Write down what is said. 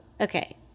Okay